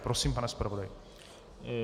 Prosím, pane zpravodaji.